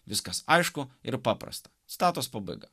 viskas aišku ir paprasta citatos pabaiga